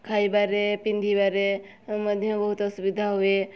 ଖାଇବାରେ ପିନ୍ଧିବାରେ ମଧ୍ୟ ବହୁତ ଅସୁବିଧା ହୁଏ